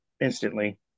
instantly